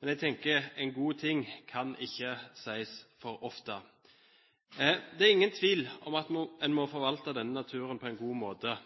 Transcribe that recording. men jeg tenker at en god ting kan ikke sies for ofte. Det er ingen tvil om at man må forvalte denne naturen på en god måte,